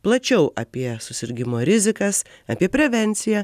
plačiau apie susirgimo rizikas apie prevenciją